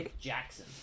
Jackson